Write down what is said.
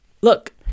Look